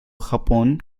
japón